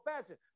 fashion